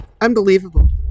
Unbelievable